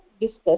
discussed